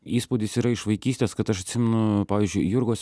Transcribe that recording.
įspūdis yra iš vaikystės kad aš atsimenu pavyzdžiui jurgos